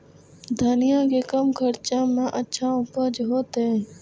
धनिया के कम खर्चा में अच्छा उपज होते?